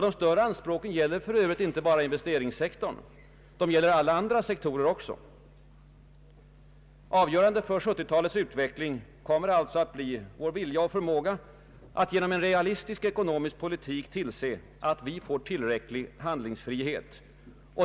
De större anspråken gäller för övrigt inte bara investeringssektorn. De gäller alla andra sektorer också. Avgörande för 1970-talets utveckling i vårt land kommer alltså att bli vår vilja och förmåga att genom en realistisk ekonomisk politik tillse att vi får tillräcklig handlingsfrihet.